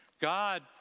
God